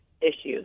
issues